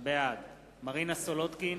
בעד מרינה סולודקין,